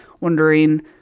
wondering